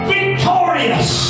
Victorious